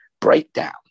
breakdown